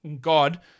God